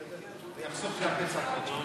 אני אחסוך הרבה צעקות.